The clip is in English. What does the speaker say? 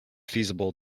feasible